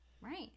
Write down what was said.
right